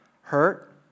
hurt